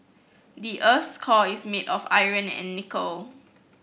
the earth's core is made of iron and nickel